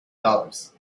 dollars